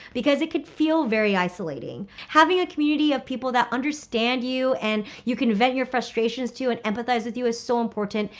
because it could feel very isolating. having a community of people that understand you and you can vent your frustrations to and empathize with you is so important.